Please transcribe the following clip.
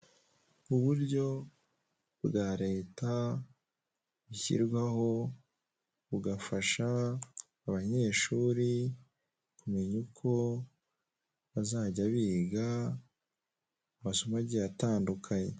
Uburyo bwa leta bushyirwaho bugafasha abanyeshuri kumenya uko bazajya biga amasomo igiye atandukanye.